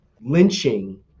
lynching